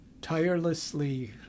tirelessly